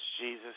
Jesus